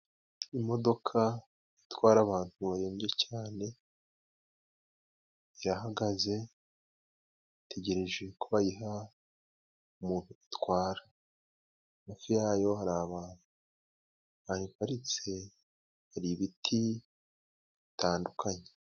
Imodoka itwara abantu barembye cyane, yahagaze itegereje ko bayiha umuntu itwara, hafi yayo hari abantu bayiparitse hari ibiti bitandukanye.